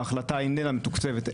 ההחלטה איננה מתוקצבת,